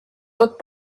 tot